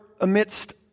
amidst